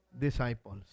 disciples